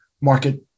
market